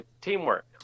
teamwork